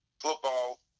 football